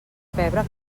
pebre